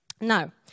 Now